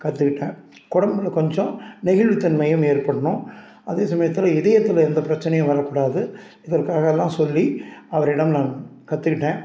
கற்றுக்கிட்டேன் உடம்புல கொஞ்சம் நெகிழ்வுத்தன்மையும் ஏற்படணும் அதே சமயத்தில் இதயத்தில் எந்த பிரச்சனையும் வரக்கூடாது இதற்காகலாம் சொல்லி அவரிடம் நான் கற்றுக்கிட்டேன்